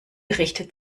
richtet